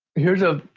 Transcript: here's a.